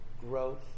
growth